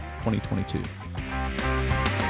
2022